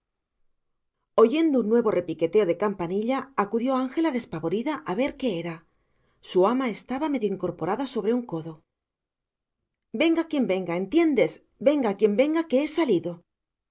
oyendo un nuevo repiqueteo de campanilla acudió ángela despavorida a ver qué era su ama estaba medio incorporada sobre un codo venga quien venga entiendes venga quien venga que he salido